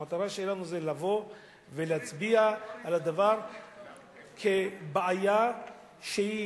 המטרה שלנו היא לבוא ולהצביע על הדבר כבעיה שכבר